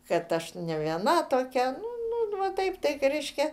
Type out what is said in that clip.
kad aš ne viena tokia nu nu nu va taip tai reiškia